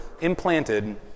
implanted